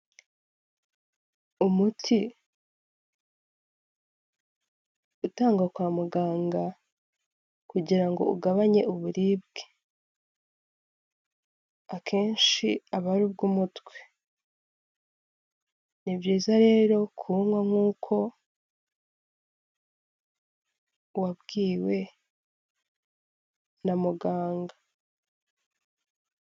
Umuti utangwa kwa muganga kugira ngo ugabanye uburibwe, akenshi aba ari ubw'umutwe. Ni byiza rero kunywa nk'uko wabwiwe na muganga.